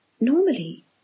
normally